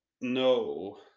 no